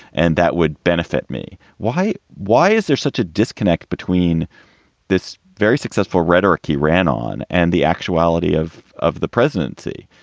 and that would benefit me. why? why is there such a disconnect between this very successful rhetoric he ran on and the actuality of of the presidency?